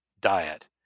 diet